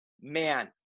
Man